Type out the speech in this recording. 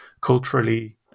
culturally